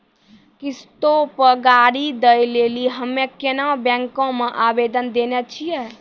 किश्तो पे गाड़ी दै लेली हम्मे केनरा बैंको मे आवेदन देने छिये